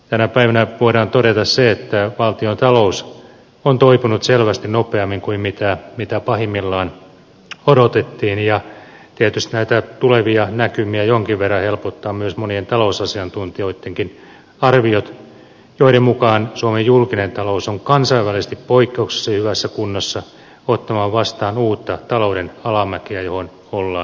tänä päivänä voidaan todeta se että valtiontalous on toipunut selvästi nopeammin kuin pahimmillaan odotettiin ja tietysti näitä tulevia näkymiä jonkin verran helpottavat myös monien talousasiantuntijoittenkin arviot joiden mukaan suomen julkinen talous on kansainvälisesti poikkeuksellisen hyvässä kunnossa ottamaan vastaan uutta talouden alamäkeä johon ollaan menossa